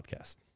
Podcast